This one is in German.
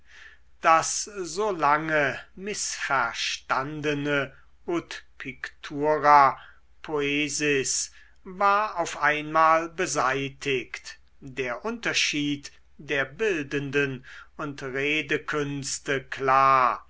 das so lange mißverstandene ut pictura poesis war auf einmal beseitigt der unterschied der bildenden und redekünste klar